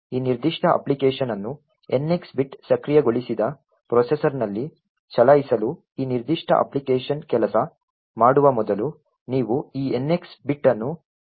ಆದ್ದರಿಂದ ಈ ನಿರ್ದಿಷ್ಟ ಅಪ್ಲಿಕೇಶನ್ ಅನ್ನು NX ಬಿಟ್ ಸಕ್ರಿಯಗೊಳಿಸಿದ ಪ್ರೊಸೆಸರ್ನಲ್ಲಿ ಚಲಾಯಿಸಲು ಈ ನಿರ್ದಿಷ್ಟ ಅಪ್ಲಿಕೇಶನ್ ಕೆಲಸ ಮಾಡುವ ಮೊದಲು ನೀವು ಈ NX ಬಿಟ್ ಅನ್ನು ನಿಷ್ಕ್ರಿಯಗೊಳಿಸಬೇಕಾಗುತ್ತದೆ